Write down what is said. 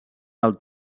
del